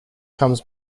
comes